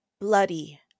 Bloody